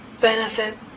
benefit